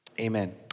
Amen